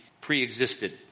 pre-existed